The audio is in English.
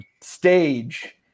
stage